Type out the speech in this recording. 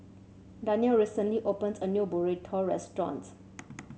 Darnell recently opened a new Burrito Restaurant